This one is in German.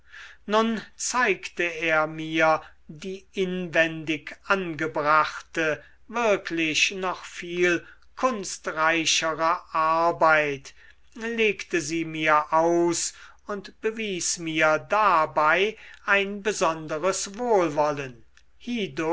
nun zeigte er mir die inwendig angebrachte wirklich noch viel kunstreichere arbeit legte sie mir aus und bewies mir dabei ein besonderes wohlwollen